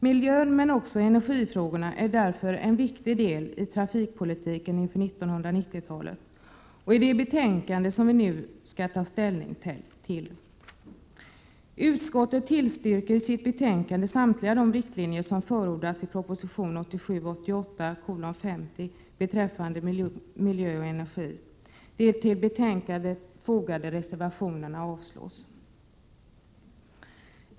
Miljön men också energifrågorna är därför en viktig del i trafikpolitiken inför 1990-talet och i det betänkande som vi nu skall ta ställning till. Utskottet tillstyrker i sitt betänkande samtliga de riktlinjer som förordas i proposition 1987/88:50 beträffande miljö och energi. De till betänkandet fogade reservationerna avstyrks.